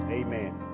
amen